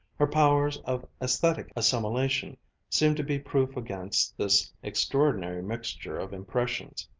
her powers of aesthetic assimilation seemed to be proof against this extraordinary mixture of impressions.